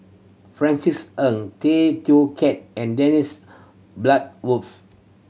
Francis Ng Tay Teow Kiat and Dennis Bloodworth